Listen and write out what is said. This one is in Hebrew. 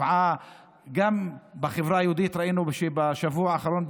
גם בחברה היהודית ראינו שבשבוע האחרון,